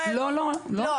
לא, לא, לא.